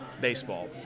baseball